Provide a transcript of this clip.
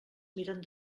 miren